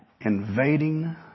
invading